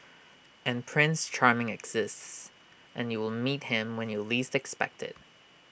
and prince charming exists and you will meet him when you least expect IT